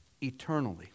eternally